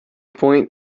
point